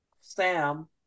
Sam